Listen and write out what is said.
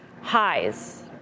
highs